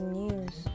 news